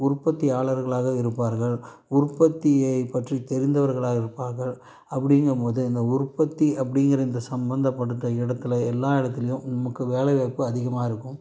உற்பத்தியாளர்களாக இருப்பார்கள் உற்பத்தியை பற்றி தெரிந்தவர்களாக இருப்பார்கள் அப்படிங்கம்போது இந்த உற்பத்தி அப்படிங்கிற இந்த சம்மந்தப்பட்ட இடத்துல எல்லா இடத்துலையும் நமக்கு வேலைவாய்ப்பு அதிகமாக இருக்கும்